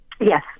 Yes